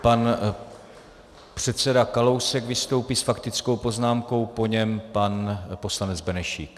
Pan předseda Kalousek vystoupí s faktickou poznámkou, po něm pan poslanec Benešík.